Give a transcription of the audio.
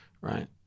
right